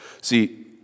See